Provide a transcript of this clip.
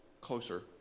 closer